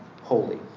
holy